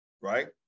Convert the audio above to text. Right